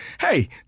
Hey